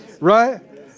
Right